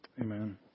amen